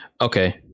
Okay